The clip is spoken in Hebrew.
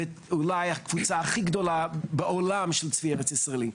מדובר על קבוצה אולי הכי גדולה בעולם של הצבי הארץ ישראלי.